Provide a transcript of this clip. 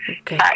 Okay